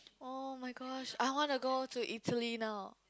oh-my-gosh I want to go to Italy now